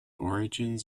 origins